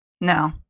No